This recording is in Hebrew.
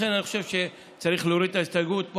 לכן, אני חושב שצריך להוריד את ההסתייגות.